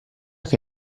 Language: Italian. che